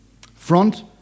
Front